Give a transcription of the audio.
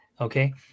okay